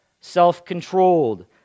self-controlled